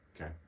okay